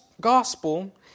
gospel